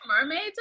mermaids